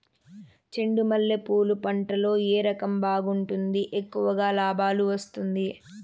చెండు మల్లె పూలు పంట లో ఏ రకం బాగుంటుంది, ఎక్కువగా లాభాలు వస్తుంది?